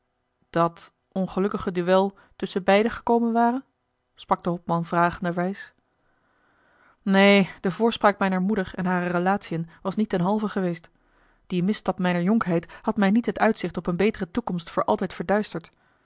ongelukkige duel tusschenbeide gekomen ware sprak de hopman vragenderwijs neen de voorspraak mijner moeder en harer relatiën was niet ten halve geweest die misstap mijner jonkheid had mij niet het uitzicht op eene betere toekomst voor altijd verduisterd